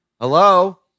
Hello